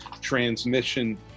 transmission